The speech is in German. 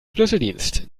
schlüsseldienst